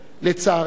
לצערי,